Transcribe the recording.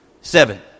Seven